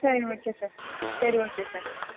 சரி okay sir சரி okay sir